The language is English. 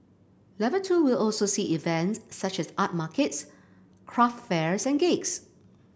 level two will also see events such as art markets craft fairs and gigs